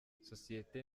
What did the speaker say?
sosiyete